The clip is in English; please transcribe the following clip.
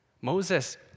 Moses